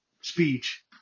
speech